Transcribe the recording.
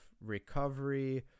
recovery